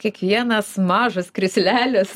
kiekvienas mažas krislelis